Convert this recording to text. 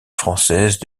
française